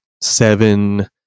seven